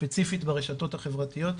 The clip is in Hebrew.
ספציפית ברשתות החברתיות,